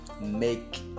make